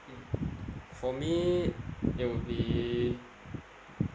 mm for me it would be